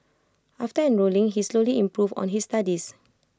after enrolling he slowly improved on his studies